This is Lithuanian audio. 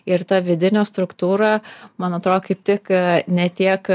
ir ta vidinė struktūra man atrodo kaip tik ne tiek